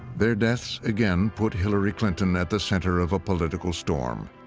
their deaths again put hillary clinton at the center of a political storm.